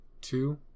two